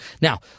Now